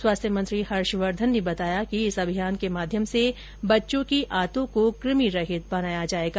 स्वास्थ्य मंत्री हर्षवर्धन ने बताया कि इस अभियान के माध्यम से बच्चों की आंतो को कुमि रहित कया जायेगा